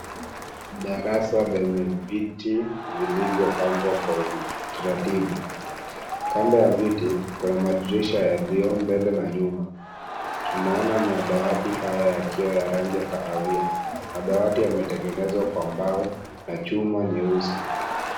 Darasa lenye viti vilivyopangwa kwa utaratibu, kando ya viti kuna madirisha ya vioo ambele na nyuma tunaona madawati haya yakiwa ya rangi ya kahawia madawati yametengenezwa kwa mbao na chuma nyeusi.